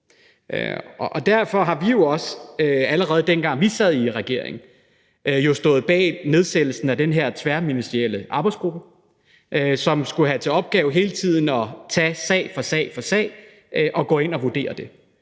vi jo også, allerede dengang vi sad i regering, bag nedsættelsen af den her tværministerielle arbejdsgruppe, som skulle have til opgave hele tiden at tage sag for sag og gå ind og vurdere det.